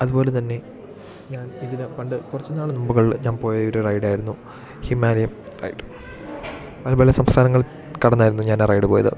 അതുപോലെ തന്നെ ഞാൻ ഇതിന് പണ്ട് കുറച്ച് നാള് മുമ്പുകളിൽ ഞാൻ പോയൊരു റൈഡായിരുന്നു ഹിമാലയം റൈഡ് പല പല സംസ്ഥാനങ്ങൾ കടന്നായിരുന്നു ഞാൻ ആ റൈഡ് പോയത്